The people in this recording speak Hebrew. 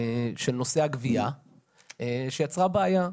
של נושא הגבייה שיצרה בעיה.